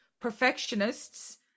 perfectionists